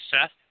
Seth